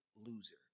loser